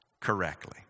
correctly